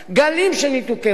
גלים של ניתוקי מים.